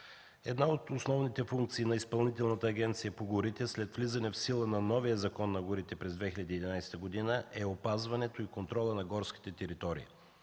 Една от основните функции на Изпълнителната агенция по горите след влизане в сила на новия Закон за горите през 2011 г. е опазването и контролът на горските територии.